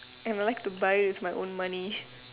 and I like to buy with my own money